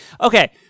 Okay